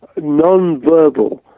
nonverbal